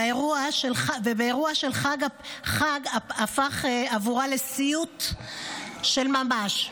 ואירוע של חג הפך עבורה לסיוט של ממש.